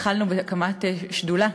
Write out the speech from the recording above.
התחלנו בהקמת שדולה